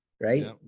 right